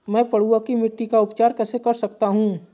मैं पडुआ की मिट्टी का उपचार कैसे कर सकता हूँ?